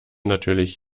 natürlich